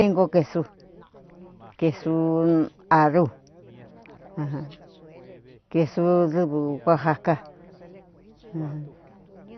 Tengo quesu quesu aru ajan quesu duvu oaxaca.